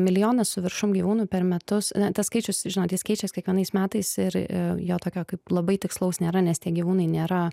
milijonas su viršum gyvūnų per metus na tas skaičius žinot jis keičias kiekvienais metais ir jo tokio kaip labai tikslaus nėra nes tie gyvūnai nėra